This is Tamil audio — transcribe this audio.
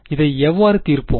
இதை எவ்வாறு தீர்ப்போம்